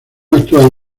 actual